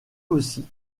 aussi